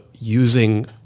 using